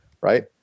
right